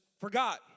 forgot